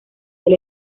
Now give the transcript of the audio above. del